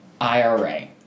IRA